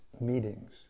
meetings